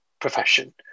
profession